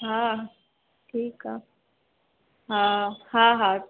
हा ठीकु आहे हा हा हा